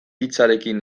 hitzarekin